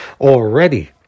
already